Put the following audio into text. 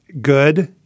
good